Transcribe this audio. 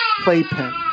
playpen